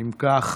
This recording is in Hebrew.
אם כך,